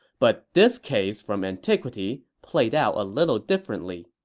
but this case from antiquity played out a little differently.